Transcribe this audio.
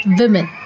women